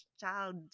child